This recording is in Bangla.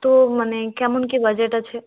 তো মানে কেমন কী বাজেট আছে